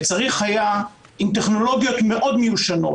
עם טכנולוגיות מאוד מיושנות